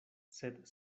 sed